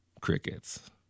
Crickets